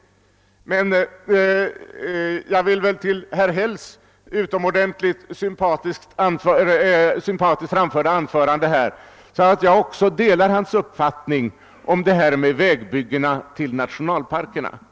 Men i anslutning till herr Hälls utomordentligt sympatiskt framförda anförande vill jag säga att jag delar herr Hälls uppfattning rörande vägbyggena till nationalparkerna.